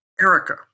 Erica